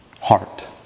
heart